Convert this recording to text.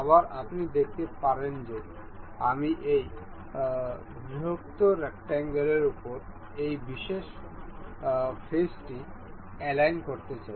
আবার আপনি দেখতে পারেন যে আমি এই বৃহত্তর রেকট্যাঙ্গলের উপর এই বিশেষ ফেস টি অ্যালাইন করতে চাই